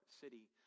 city